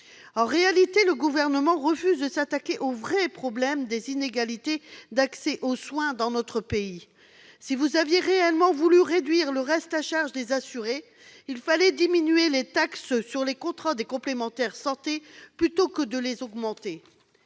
En réalité, le Gouvernement refuse de s'attaquer au vrai problème : les inégalités d'accès aux soins dans notre pays. Si vous aviez réellement voulu réduire le reste à charge des assurés, madame la ministre, il fallait diminuer les taxes sur les contrats de complémentaire santé, au lieu de les augmenter.